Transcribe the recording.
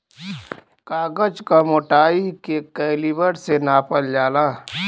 कागज क मोटाई के कैलीबर से नापल जाला